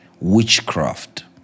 witchcraft